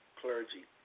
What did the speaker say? clergy